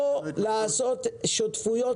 לערער למי?